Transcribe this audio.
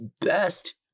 best